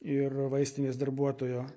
ir vaistinės darbuotojo